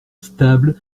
stable